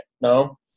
No